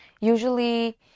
Usually